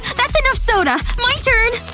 that's enough soda. my turn!